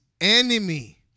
enemy